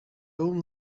own